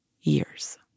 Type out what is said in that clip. years